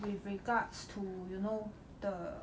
with regards to you know the